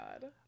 God